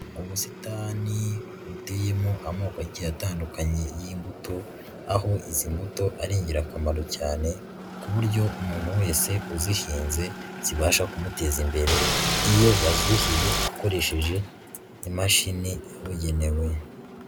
Mu busitani buteyemo amoko agiye atandukanye y'imbuto, aho izi mbuto ari ingirakamaro cyane ku buryo umuntu wese uzihinze zibasha kumuteza imbere iyo yazuhiye akoresheje imashini bugenewe.